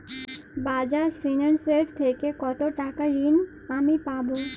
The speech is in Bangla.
বাজাজ ফিন্সেরভ থেকে কতো টাকা ঋণ আমি পাবো?